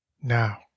now